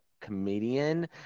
comedian